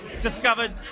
discovered